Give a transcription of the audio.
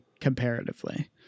comparatively